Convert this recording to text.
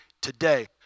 today